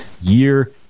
year